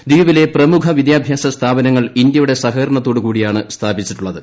ദ് ദ്വീപിലെ പ്രമുഖ വിദ്യാഭ്യാസ സ്ഥാപനങ്ങൾ ഇന്ത്യയുടെ സഹകരണത്തോടു കൂടിയാണ് സ്ഥാപിച്ചിട്ടുള്ളത്